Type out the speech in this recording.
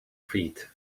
feet